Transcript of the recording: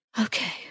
Okay